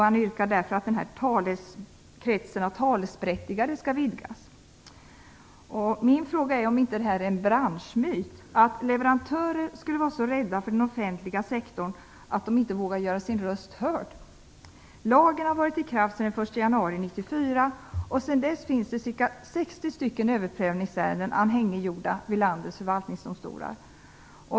Han yrkar att kretsen talesberättigade skall vidgas. Min fråga är då om det inte är en branschmyt att leverantörer skulle vara så rädda för den offentliga sektorn att de inte vågar göra sin röst hörd. Lagen har varit i kraft sedan den 1 januari 1994. Sedan dess finns ca 60 överprövningsärenden anhängiggjorda vid landets förvaltningsdomstolar.